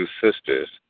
sisters